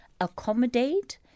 accommodate